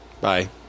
Bye